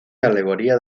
alegoría